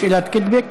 שאלת קיטבג?